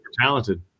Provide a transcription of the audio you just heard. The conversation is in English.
talented